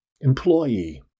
employee